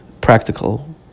practical